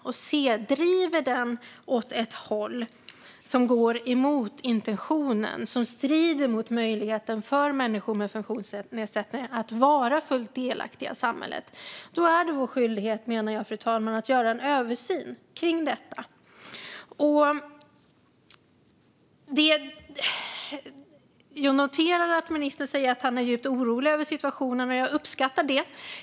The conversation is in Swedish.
Om den driver åt ett håll som går emot intentionen, som strider mot möjligheten för människor med funktionsnedsättning att vara fullt delaktiga i samhället, menar jag att det är vår skyldighet att göra en översyn av detta. Jag noterar att ministern säger att han är djupt orolig över situationen, och jag uppskattar det.